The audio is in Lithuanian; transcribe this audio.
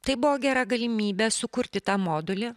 tai buvo gera galimybė sukurti tą modulį